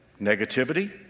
negativity